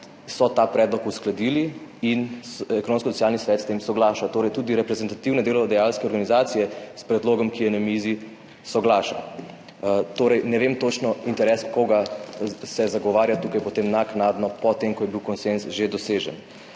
ta predlog uskladili in Ekonomsko-socialni svet s tem soglaša. Tudi reprezentativne delodajalske organizacije s predlogom, ki je na mizi, soglašajo. Torej, ne vem točno, interes koga se tukaj potem naknadno zagovarja, po tem, ko je bil konsenz že dosežen.